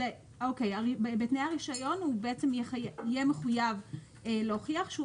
בתנאי הרישיון הוא יהיה מחויב להוכיח שהוא